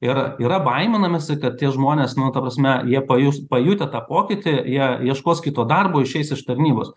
ir yra baiminamasi kad tie žmonės nu ta prasme jie pajus pajutę tą pokytį jie ieškos kito darbo išeis iš tarnybos